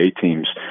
teams